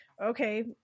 okay